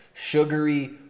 sugary